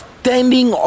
standing